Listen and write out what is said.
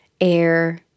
air